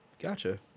Gotcha